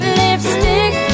lipstick